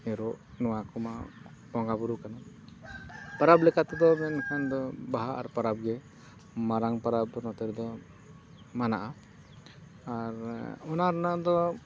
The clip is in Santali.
ᱮᱨᱚᱜ ᱱᱚᱣᱟ ᱠᱚᱢᱟ ᱵᱚᱸᱜᱟᱼᱵᱩᱨᱩ ᱠᱟᱱᱟ ᱯᱚᱨᱚᱵᱽ ᱞᱮᱠᱟ ᱛᱮᱫᱚ ᱢᱮᱱ ᱞᱮᱠᱷᱟᱱ ᱫᱚ ᱵᱟᱦᱟ ᱟᱨ ᱯᱚᱨᱚᱵᱽ ᱜᱮ ᱢᱟᱨᱟᱝ ᱯᱚᱨᱚᱵᱽ ᱱᱚᱛᱮ ᱨᱮᱫᱚ ᱢᱟᱱᱟᱜᱼᱟ ᱟᱨ ᱚᱱᱟ ᱨᱮᱱᱟᱜ ᱫᱚ